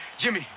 Jimmy